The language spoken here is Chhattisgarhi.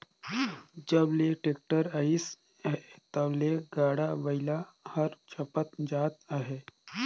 जब ले टेक्टर अइस अहे तब ले गाड़ा बइला हर छपत जात अहे